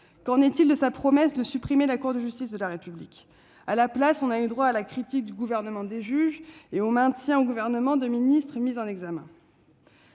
Qu'en est-il de sa promesse de supprimer la Cour de justice de la République ? On a plutôt eu droit à la critique d'un prétendu gouvernement des juges et au maintien au Gouvernement de ministres mis en examen.